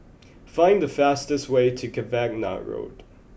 find the fastest way to Cavenagh Road